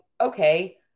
okay